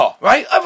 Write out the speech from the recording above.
right